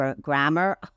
grammar